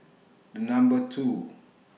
Number two